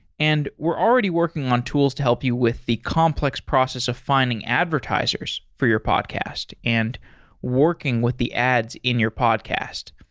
and we're already working on tools to help you with the complex process of finding advertisers for your podcast and working with the ads in your podcast.